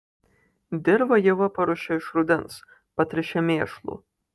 dirvą ieva paruošia iš rudens patręšia mėšlu